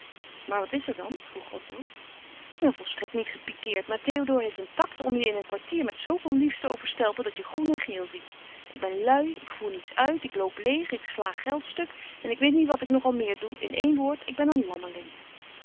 maar wat is er dan vroeg otto ik ben volstrekt niet gepiqueerd maar théodore heeft een tact om je in een kwartier met zooveel liefs te overstelpen dat je groen en geel ziet ik ben lui ik voer niets uit ik loop leeg ik sla geld stuk en ik weet niet wat ik nog al meer doe in één woord ik ben een